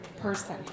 person